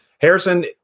Harrison